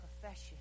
profession